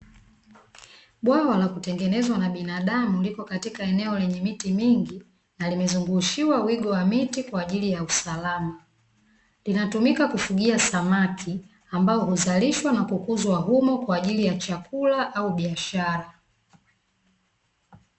Bwawa la kutengenezwa na binadamu lipo katika eneo la miti mingi na limezungushiwa wigo wa miti kwajili ya usalama. Linatumika kufugia samaki ambao huzalishwa na kukuzwa humo kwajili ya chakula au biashara.